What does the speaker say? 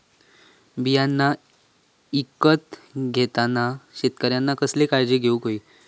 बियाणा ईकत घेताना शेतकऱ्यानं कसली काळजी घेऊक होई?